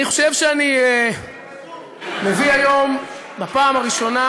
אני חושב שאני מביא היום בפעם הראשונה,